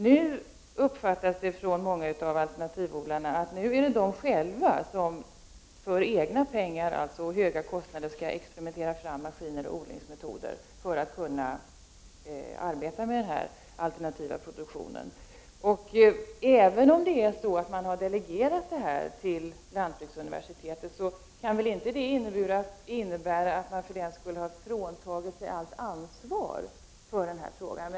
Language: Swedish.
Det uppfattas av många av alternativodlarna som att de själva nu för egna pengar och till höga kostnader skall experimentera fram alternativa maskiner och odlingsmetoder för att kunna arbeta med alternativproduktionen. Även om man har delegerat till lantbruksuniversitetet, kan det väl inte innebära att man för den skull har fråntagit sig allt ansvar.